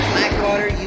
Blackwater